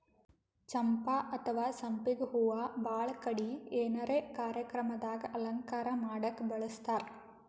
ಚಂಪಾ ಅಥವಾ ಸಂಪಿಗ್ ಹೂವಾ ಭಾಳ್ ಕಡಿ ಏನರೆ ಕಾರ್ಯಕ್ರಮ್ ದಾಗ್ ಅಲಂಕಾರ್ ಮಾಡಕ್ಕ್ ಬಳಸ್ತಾರ್